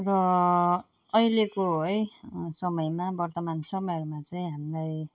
र अहिलेको है समयमा वर्तमान समयमा चाहिँ हामीलाई